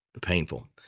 painful